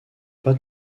pas